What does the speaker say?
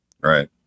Right